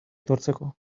etortzeko